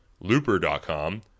Looper.com